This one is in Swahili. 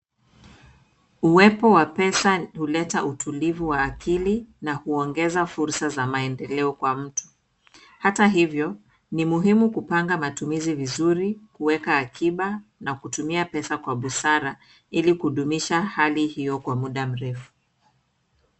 Uwepo wa pesa huleta utulivu wa akili na huongeza fursa za maendeleo kwa mtu, hata hivyo ni muhimu kupanga matumizi vizuri kuweka akiba, na kutumia pesa kwa busara ili kudumisha hali hio kwa muda mrefu.